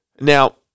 Now